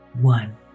one